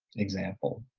example.